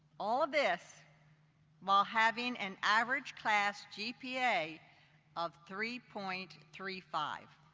all of this while having an average class gpa of three point three five.